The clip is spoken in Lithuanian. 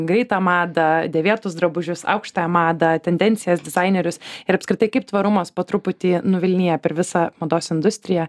greitą madą dėvėtus drabužius aukštąją madą tendencijas dizainerius ir apskritai kaip tvarumas po truputį nuvilnija per visą mados industriją